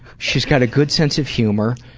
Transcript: she's got a good sense of humor.